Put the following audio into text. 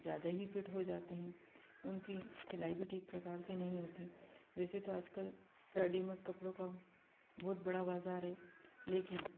ज़्यादा ही फ़िट हो जाते हैं उनकी सिलाई भी ठीक प्रकार से नहीं होती वैसे तो आजकल रडी मेड कपड़ों का बहुत बड़ा बाज़ार है लेकिन